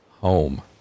home